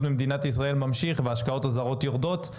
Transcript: במדינת ישראל ממשיך וההשקעות הזרות יורדות,